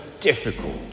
difficult